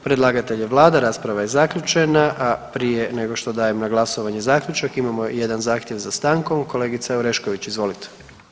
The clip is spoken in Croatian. Predlagatelj je vlada, rasprava je zaključena, a prije nego što dajem na glasovanje zaključak imamo jedan zahtjev za stankom, kolegica Oreškoić izvolite.